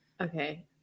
Okay